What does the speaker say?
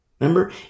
remember